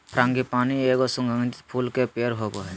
frangipani एगो सुगंधित फूल के पेड़ होबा हइ